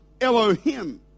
Elohim